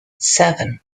seven